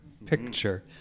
Picture